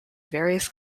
various